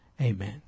amen